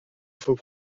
faut